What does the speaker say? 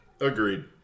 Agreed